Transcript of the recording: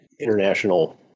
international